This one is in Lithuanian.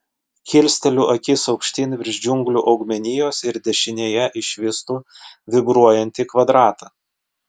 kilsteliu akis aukštyn virš džiunglių augmenijos ir dešinėje išvystu vibruojantį kvadratą